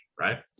right